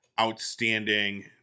outstanding